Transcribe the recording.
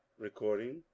Recording